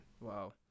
Wow